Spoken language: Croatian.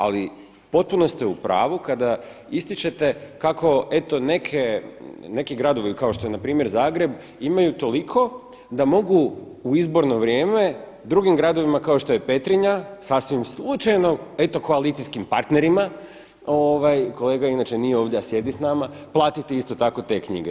Ali potpuno ste u pravu kada ističete kako eto neki gradovi kao što je npr. Zagreb imaju toliko da mogu u izborno vrijeme drugim gradovima kao što je Petrinja sasvim slučajno eto koalicijskim partnerima kolega inače nije ovdje, a sjedi s nama, platiti isto tako te knjige.